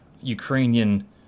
Ukrainian